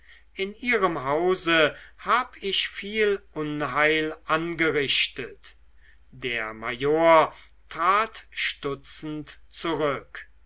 in ihrem hause hab ich viel unheil angerichtet der major trat stutzend zurück